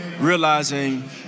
realizing